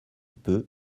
peu